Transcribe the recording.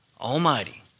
Almighty